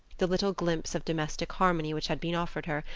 the little glimpse of domestic harmony which had been offered her,